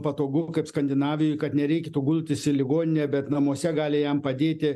patogu kaip skandinavijoj kad nereiktų gultis į ligoninę bet namuose gali jam padėti